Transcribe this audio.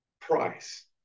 price